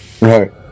Right